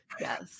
yes